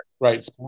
right